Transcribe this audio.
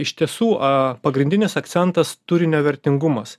iš tiesų a pagrindinis akcentas turinio vertingumas